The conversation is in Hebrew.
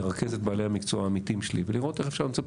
לרכז את בעלי המקצוע העמיתים שלי ולראות איך אפשר למצוא פתרון.